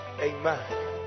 Amen